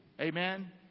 Amen